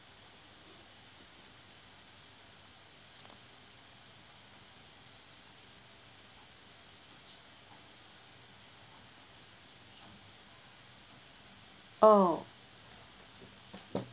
oh